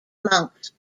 monks